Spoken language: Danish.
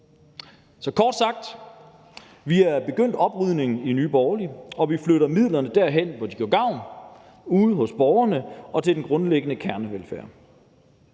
Nye Borgerlige begyndt oprydningen, og vi flytter midlerne derhen, hvor de gør gavn, ude hos borgerne, og til den borgernære kernevelfærd.